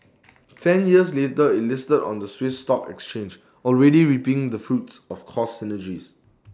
ten years later IT listed on the Swiss stock exchange already reaping the fruits of cost synergies